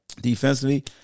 defensively